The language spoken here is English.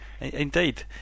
indeed